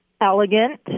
elegant